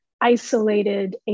isolated